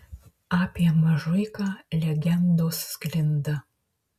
apie mažuiką legendos sklinda